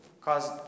cause